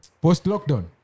Post-lockdown